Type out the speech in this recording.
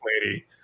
lady